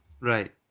Right